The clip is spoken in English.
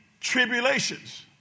tribulations